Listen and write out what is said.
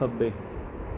ਖੱਬੇ